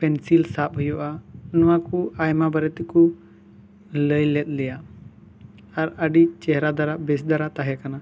pencil ᱥᱟᱵ ᱦᱩᱭᱩᱜᱼᱟ ᱱᱚᱣᱟ ᱠᱚ ᱟᱭᱢᱟ ᱵᱟᱨᱮ ᱛᱮ ᱠᱚ ᱞᱟᱹᱭ ᱞᱮᱫ ᱞᱮᱭᱟ ᱟᱨ ᱟᱹᱰᱤ ᱪᱮᱦᱨᱟ ᱫᱷᱟᱨᱟ ᱵᱮᱥ ᱫᱷᱟᱨᱟ ᱛᱟᱦᱮᱸ ᱠᱟᱱᱟ